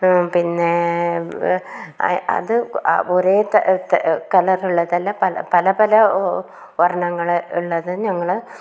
പിന്നെ അത് ഒരേ കളർ ഉള്ളതല്ല പല പല പല വർണ്ണങ്ങൾ ഉള്ളത് ഞങ്ങൾ